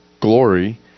glory